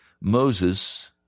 Moses